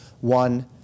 one